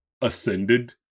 ascended